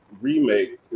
remake